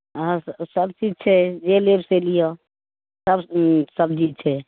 हँ सभचीज छै जे लेब से लिअ सभ सब्जी छै